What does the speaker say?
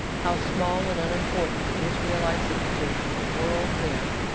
how small and unimportant the israelites appeared to the world then!